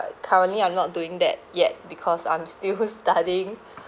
currently I'm not doing that yet because I'm still studying